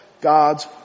God's